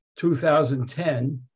2010